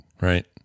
right